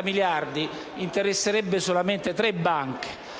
dei 30 interesserebbe solamente tre banche,